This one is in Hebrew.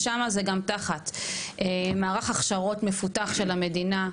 שם זה גם תחת מערך הכשרות מפותח של המדינה.